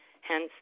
Hence